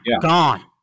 gone